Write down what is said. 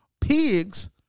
pigs